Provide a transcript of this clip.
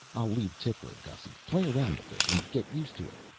i'll leave tickler, gussy. play around with it and get used to it.